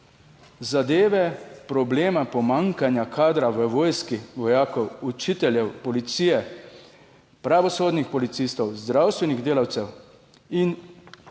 zadeve problema pomanjkanja kadra v vojski vojakov, učiteljev, policije, pravosodnih policistov, zdravstvenih delavcev. In če